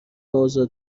اوضاع